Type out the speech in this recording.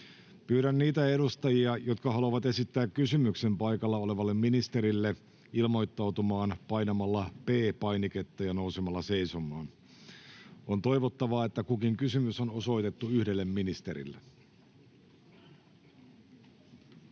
Pyydän niitä edustajia, jotka haluavat esittää kysymyksen ministerille, ilmoittautumaan painamalla P-painiketta ja nousemalla seisomaan. On toivottavaa, että kukin kysymys on osoitettu yhdelle ministerille.